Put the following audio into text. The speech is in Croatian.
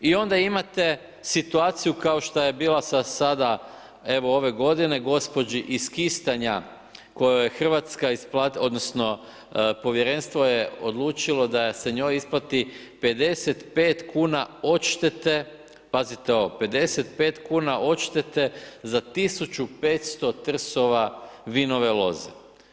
I onda imate situaciju kao što je bila sada evo ove godine, gospođi iz Kistanja kojoj je Hrvatska isplatila odnosno povjerenstvo je odlučilo da se njoj isplati 55 kuna odštete, pazite ovo 55 kuna odštete za 1500 trsova Vinove loze.